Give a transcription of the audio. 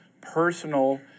personal